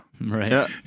Right